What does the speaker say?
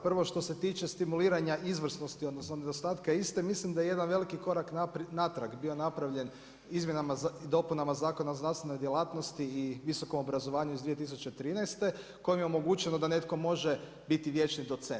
Prvo što se tiče stimuliranja izvrsnosti, odnosno nedostatka iste mislim da je jedan veliki korak natrag bio napravljen Izmjenama i dopunama Zakona o znanstvenoj djelatnosti i visokom obrazovanju iz 2013. kojom je omogućeno da netko može biti vječni docent.